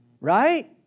right